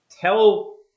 tell